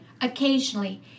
Occasionally